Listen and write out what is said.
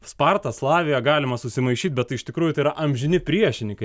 sparta slavija galima susimaišyt bet iš tikrųjų tai yra amžini priešininkai